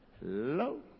Hello